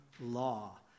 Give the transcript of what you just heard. law